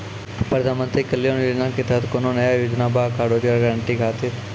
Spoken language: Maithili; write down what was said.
प्रधानमंत्री कल्याण योजना के तहत कोनो नया योजना बा का रोजगार गारंटी खातिर?